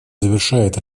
завершает